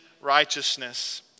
righteousness